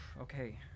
okay